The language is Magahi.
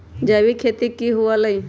जैविक खेती की हुआ लाई?